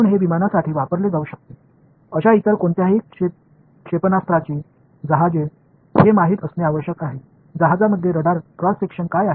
எனவே இது விமானத்திற்கு கப்பல்கள் விளையாட்டு ஏவுகணைகளில் தெரிந்து கொள்ள வேண்டிய இடத்தில் பயன்படுத்தப்படலாம் ரேடார் குறுக்குவெட்டு என்றால் என்ன